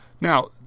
Now